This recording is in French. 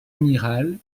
amiral